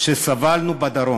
שסבלנו בדרום,